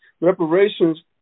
Reparations